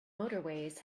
motorways